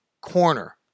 corner